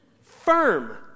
Firm